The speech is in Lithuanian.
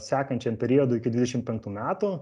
sekančiam periodui iki dvidešim penktų metų